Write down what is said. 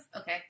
okay